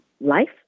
life